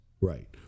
Right